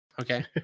Okay